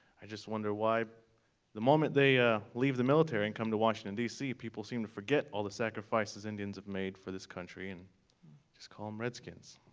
i just wonder why the moment they ah leave the military and come to washington d c, people seem to forget all the sacrifices indians have made for this country and just call them redskins.